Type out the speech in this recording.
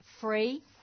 free